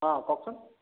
অঁ কওকচোন